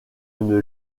une